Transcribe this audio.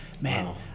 Man